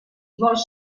vols